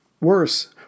Worse